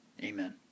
Amen